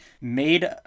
made